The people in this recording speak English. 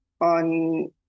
on